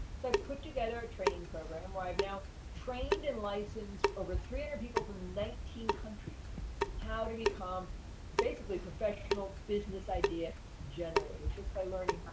so i've put together a training program where i've now trained and licensed over three hundred people from nineteen countries how to become basically professional business idea generators, just by learning about,